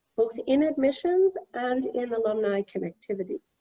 both in admissions and in alumni connectivity.